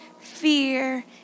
fear